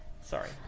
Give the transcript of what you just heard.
Sorry